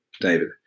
David